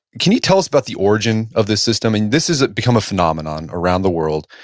can you tell us about the origin of this system, and this has become a phenomenon around the world.